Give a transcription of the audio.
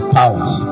powers